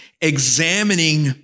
Examining